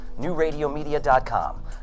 NewRadioMedia.com